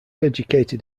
educated